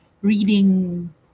reading